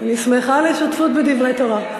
אני שמחה על השותפות בדברי תורה.